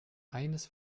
eines